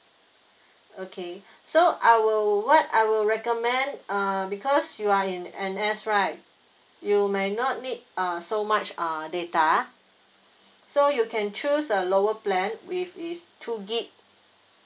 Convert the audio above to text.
okay so I will what I will recommend uh because you are in N_S right you may not need uh so much uh data so you can choose a lower plan which is two gig